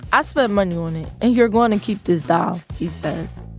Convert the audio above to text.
i spent money on it, and you're going to keep this doll, he says.